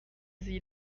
sie